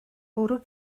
bwrw